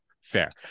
fair